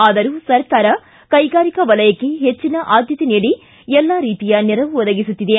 ಆದರೂ ಸರ್ಕಾರ ಕೈಗಾರಿಕಾ ವಲಯಕ್ಕೆ ಪೆಚ್ಚಿನ ಆದ್ಯತೆಯನ್ನು ನೀಡಿ ಎಲ್ಲಾ ರೀತಿಯ ನೆರವು ಒದಗಿಸುತ್ತಿದೆ